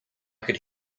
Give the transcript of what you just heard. could